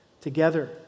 together